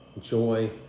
joy